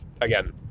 again